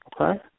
Okay